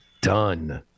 done